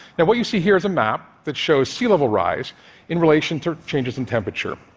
and what you see here is a map that shows sea level rise in relation to changes in temperature.